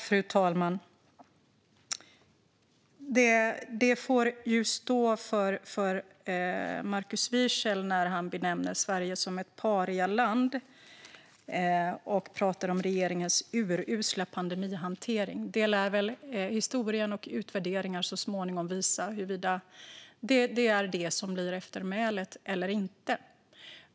Fru talman! Det får stå för Markus Wiechel när han benämner Sverige som ett parialand och pratar om regeringens urusla pandemihantering. Historien och utvärderingar lär så småningom visa huruvida detta blir eftermälet eller inte.